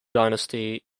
dynasty